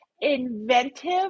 inventive